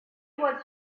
was